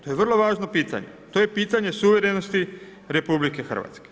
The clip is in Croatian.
To je vrlo važno pitanje, to je pitanje suverenosti RH.